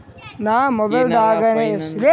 ನಾ ಮೊಬೈಲ್ದಾಗೆ ಏನರ ಫೈನಾನ್ಸದಾಗ ಸಾಲ ತೊಗೊಲಕ ಬರ್ತದೇನ್ರಿ?